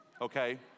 okay